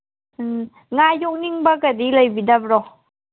ꯎꯝ ꯉꯥ ꯌꯣꯛꯅꯤꯡꯕꯀꯗꯤ ꯂꯩꯕꯤꯗꯕ꯭ꯔꯣ